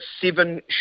seven